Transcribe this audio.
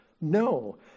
No